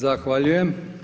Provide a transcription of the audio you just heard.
Zahvaljujem.